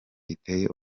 iteye